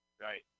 Right